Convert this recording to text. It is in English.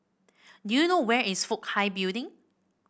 do you know where is Fook Hai Building